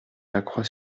lacroix